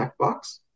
checkbox